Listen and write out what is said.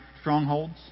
strongholds